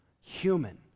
human